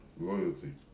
Loyalty